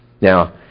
Now